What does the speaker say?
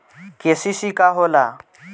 KCC का होला?